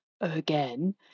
again